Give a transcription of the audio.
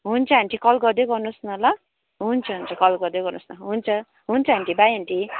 हुन्छ aunty call गर्दै गर्नुहोस् न ल हुन्छ हुन्छ कल गर्दै गर्नुहोस् न हुन्छ हुन्छ आन्टी बाई आन्टी